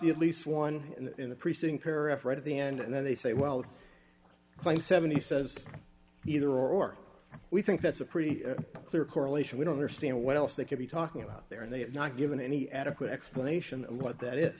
the at least one in the precinct or f right at the end and then they say well claim seventy says either or we think that's a pretty clear correlation we don't understand what else they could be talking about there and they have not given any adequate explanation of what that is